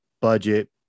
budget